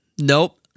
Nope